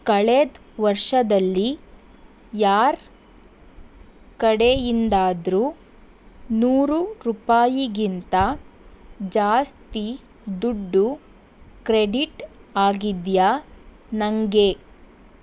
ಕಳೆದ ವರ್ಷದಲ್ಲಿ ಯಾರ ಕಡೆಯಿಂದಾದರೂ ನೂರು ರೂಪಾಯಿಗಿಂತ ಜಾಸ್ತಿ ದುಡ್ಡು ಕ್ರೆಡಿಟ್ ಆಗಿದೆಯಾ ನನಗೆ